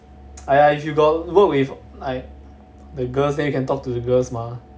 !aiya! if you got work with like the girls then you can talk to the girls mah